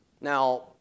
Now